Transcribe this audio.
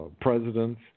presidents